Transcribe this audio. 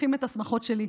שמחים את השמחות שלי.